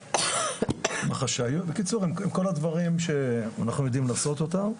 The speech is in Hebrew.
עם כל הדברים שאנחנו יודעים לעשות אותם.